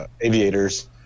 aviators